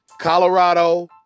Colorado